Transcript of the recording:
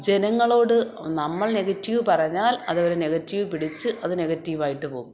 ജനങ്ങളോടു നമ്മൾ നെഗറ്റീവ് പറഞ്ഞാൽ അത് അവർ നെഗറ്റിവ് പിടിച്ചു നെഗറ്റീവ് ആയിട്ടുപോകും